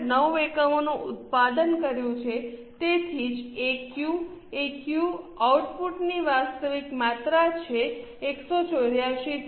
9 એકમોનું ઉત્પાદન કર્યું છે તેથી જ એક્યુ એક્યુ આઉટપુટની વાસ્તવિક માત્રા છે 184 થી 0